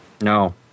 no